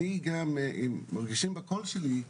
אני גם אם מרגישים בקול שלי,